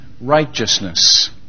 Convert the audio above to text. righteousness